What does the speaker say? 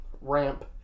ramp